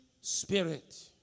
Spirit